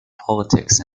politics